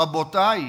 רבותי,